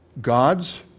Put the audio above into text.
God's